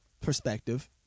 perspective